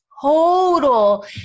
total